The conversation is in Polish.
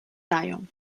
dają